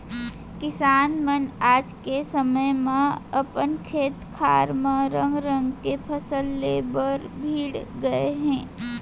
किसान मन आज के समे म अपन खेत खार म रंग रंग के फसल ले बर भीड़ गए हें